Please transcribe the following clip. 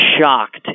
shocked